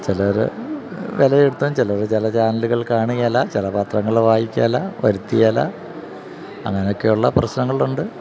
ചിലര് വിലയിരുത്തും ചിലര് ചില ചാനലുകൾ കാണുകയില്ല ചില പത്രങ്ങള് വായിക്കുകയില്ല വരുത്തുകയില്ല അങ്ങനെയൊക്കെയുള്ള പ്രശ്നങ്ങളുണ്ട്